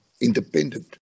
independent